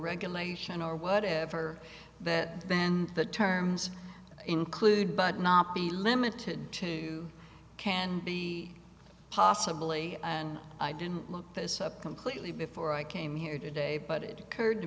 regulation or whatever that and the terms include but not be limited to can be possibly and i didn't look this up completely before i came here today but it occurred to